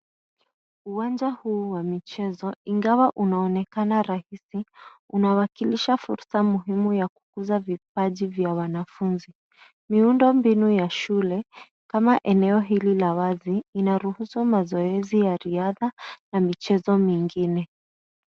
Uwanja huu wa michezo, ingawa unaonekana rahisi unawakilisha fursa muhimu ya kukuza vipaji vya wanafunzi. Miundo mbinu ya shule kama eneo hili la wazi, inaruhusu riadha na michezo mingine.